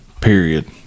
period